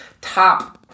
top